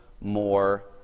more